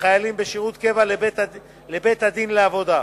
לחיילים בשירות קבע לבית-הדין לעבודה.